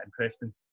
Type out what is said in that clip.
interesting